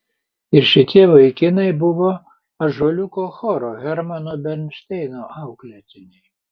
ir šitie vaikinai buvo ąžuoliuko choro hermano bernšteino auklėtiniai